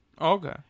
Okay